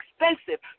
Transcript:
expensive